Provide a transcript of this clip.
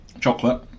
chocolate